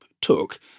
took